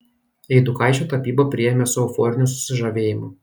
eidukaičio tapybą priėmė su euforiniu susižavėjimu